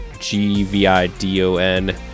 G-V-I-D-O-N